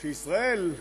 כשישראל,